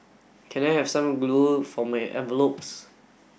can I have some glue for my envelopes